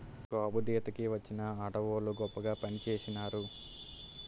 గాబుదీత కి వచ్చిన ఆడవోళ్ళు గొప్పగా పనిచేసినారు